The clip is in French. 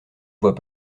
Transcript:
voit